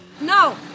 No